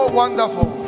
wonderful